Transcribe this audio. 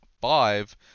five